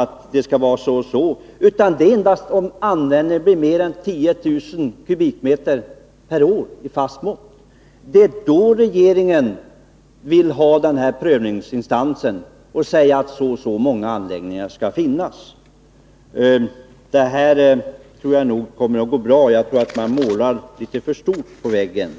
att det skall vara si eller så. Det är endast om användningen överstiger 10 000 m? per år i fast mått som regeringen vill ha denna prövningsinstans för att fastställa hur många anläggningar som skall finnas. Jag tror att detta kommer att gå bra och att man målar upp problemen litet för stort på väggen.